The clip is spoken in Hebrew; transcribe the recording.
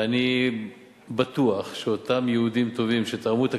ואני בטוח שאותם יהודים טובים שתרמו את